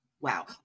Wow